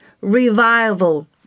revival